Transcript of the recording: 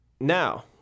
now